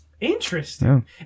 Interesting